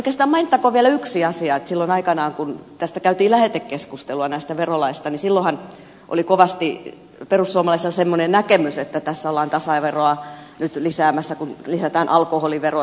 oikeastaan mainittakoon vielä yksi asia että silloin aikanaan kun näistä verolaeista käytiin lähetekeskustelua oli kovasti perussuomalaisilla semmoinen näkemys että tässä ollaan tasaveroa nyt lisäämässä kun lisätään alkoholiveroa